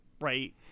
right